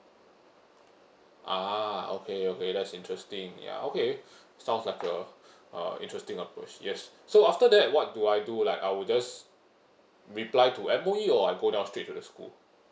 ah okay okay that's interesting ya okay sounds like a uh interesting approach yes so after that what do I do like I will just reply to M_O_E or I go down straight to the school